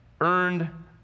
earned